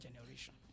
generation